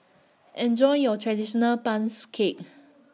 Enjoy your Traditional bangs Cake